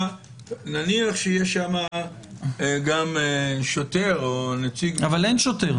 נניח שיש שם גם שוטר או נציג --- אבל אין שוטר.